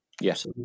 Yes